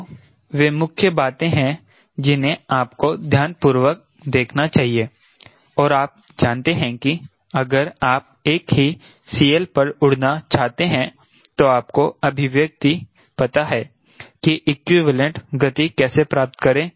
तो वे मुख्य बातें हैं जिन्हें आपको ध्यानपूर्वक देखना चाहिए और आप जानते हैं कि अगर आप एक ही CL पर उड़ना चाहते हैं तो आपको अभिव्यक्ति पता है कि इक्विवलेंत गति कैसे प्राप्त करें